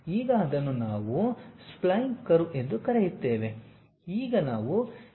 ಈಗ ಅದನ್ನು ನಾವು ಸ್ಪೈನ್ ಕರ್ವ್ ಎಂದು ಕರೆಯುತ್ತೇವೆ